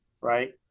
Right